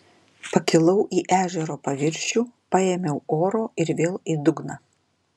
pakilau į ežero paviršių paėmiau oro ir vėl į dugną